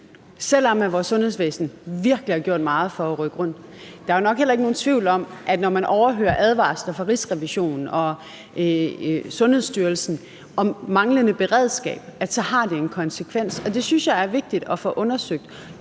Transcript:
selv om vores sundhedsvæsen virkelig har gjort meget for at rykke rundt på tingene. Der er jo nok heller ikke nogen tvivl om, at når man overhører advarsler fra Rigsrevisionen og Sundhedsstyrelsen om manglende beredskab, så har det en konsekvens. Og det synes jeg er vigtigt at få undersøgt;